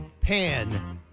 Pan